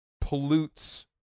pollutes